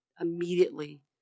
immediately